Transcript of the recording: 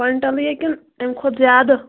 کۄینٹَلٕے یا کِن امہِ کھۄتہٕ زیادٕ